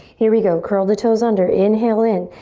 here we go, curl the toes under. inhale in.